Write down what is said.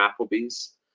Applebee's